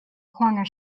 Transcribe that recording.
corner